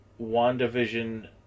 WandaVision